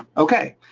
okay.